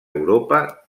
europa